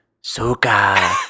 suka